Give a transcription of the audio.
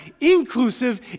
inclusive